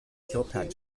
kilpatrick